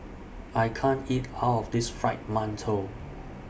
I can't eat All of This Fried mantou